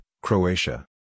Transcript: Croatia